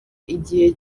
igihe